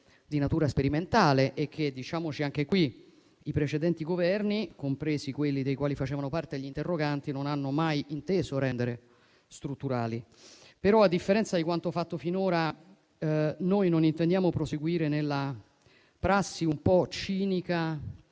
di natura sperimentale e che, diciamocelo anche qui, i precedenti Governi, compresi quelli dei quali facevano parte gli interroganti, non hanno mai inteso rendere strutturali. Però, a differenza di quanto fatto finora, noi non intendiamo proseguire nella prassi, un po' cinica,